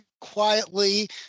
Quietly